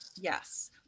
Yes